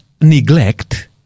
neglect